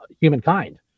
humankind